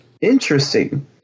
Interesting